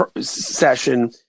session